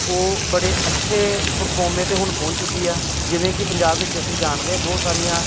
ਉਹ ਬੜੇ ਅੱਛੇ ਪ੍ਰਫੋਮੇ 'ਤੇ ਹੁਣ ਪਹੁੰਚ ਚੁੱਕੀ ਹੈ ਜਿਵੇਂ ਕਿ ਪੰਜਾਬ ਵਿੱਚ ਅਸੀਂ ਜਾਣਦੇ ਹਾਂ ਬਹੁਤ ਸਾਰੀਆਂ